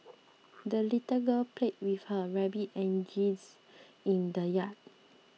the little girl played with her rabbit and geese in the yard